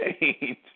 change